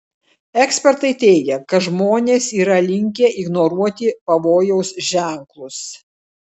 ekspertai teigia kad žmonės yra linkę ignoruoti pavojaus ženklus